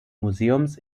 museums